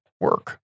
work